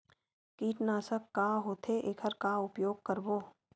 कीटनाशक का होथे एखर का उपयोग करबो?